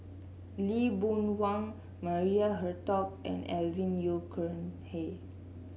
Lee Boon Wang Maria Hertogh and Alvin Yeo Khirn Hai